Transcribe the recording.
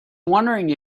wondering